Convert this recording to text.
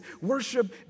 worship